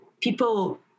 people